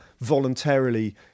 voluntarily